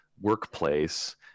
workplace